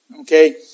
Okay